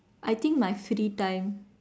I think my free time